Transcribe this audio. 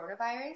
coronavirus